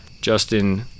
Justin